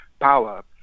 power